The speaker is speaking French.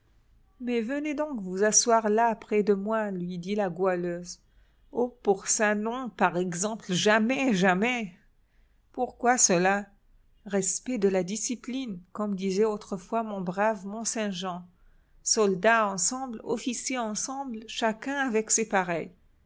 mais venez donc vous asseoir là près de moi lui dit la goualeuse oh pour ça non par exemple jamais jamais pourquoi cela respect de la discipline comme disait autrefois mon brave mont-saint-jean soldats ensemble officiers ensemble chacun avec ses pareils